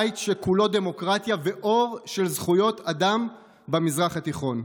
בית שכולו דמוקרטיה ואור של זכויות אדם במזרח התיכון.